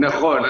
נכון.